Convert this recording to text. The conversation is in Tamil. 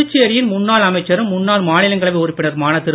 புதுச்சேரியில் முன்னாள் அமைச்சரும் முன்னாள் மாநிலங்களவை உறுப்பினருமான திரு